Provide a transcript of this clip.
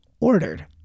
ordered